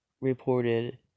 reported